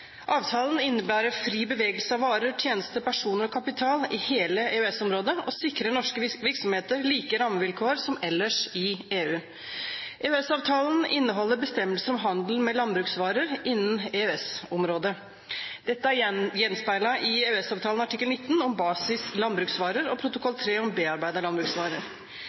Avtalen innebærer fri bevegelse av varer, tjenester, personer og kapital i hele EØS-området og sikrer norske virksomheter like rammevilkår som ellers i EU. EØS-avtalen inneholder bestemmelser om handel med landbruksvarer innenfor EØS-området. Dette er gjenspeilet i EØS-avtalens artikkel 19 om basis landbruksvarer og protokoll 3 om bearbeidede landbruksvarer.